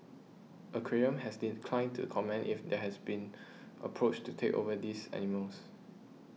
Aquarium has to comment if there has been approached to take over these animals